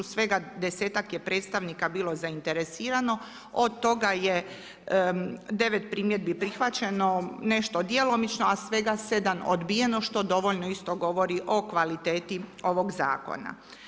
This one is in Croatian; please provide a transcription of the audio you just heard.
Svega 10-tak je predstavnika bilo zainteresirano, od toga je 9 primjedbi prihvaćeno, nešto djelomično, a svega 7 odbijeno, što dovoljno isto govori o kvaliteti ovog zakona.